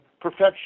perfection